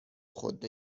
خود